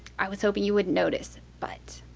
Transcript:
i was hoping you wouldn't notice but